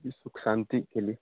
सुख शांति के लिए